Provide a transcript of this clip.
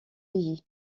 pays